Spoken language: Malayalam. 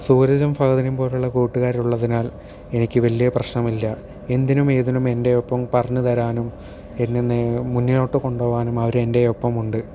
സൂര്ജും ഫഹദിനേയും പോലുള്ള കൂട്ടുകാരുള്ളതിനാൽ എനിക്ക് വലിയ പ്രശ്നമില്ല എന്തിനും ഏതിനും എൻ്റെയൊപ്പം പറഞ്ഞ് തരാനും എന്നെ നേ മുന്നിലോട്ട് കൊണ്ട് പോകാനും അവരെൻ്റെ ഒപ്പമുണ്ട്